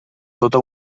tota